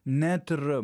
net ir